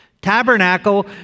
Tabernacle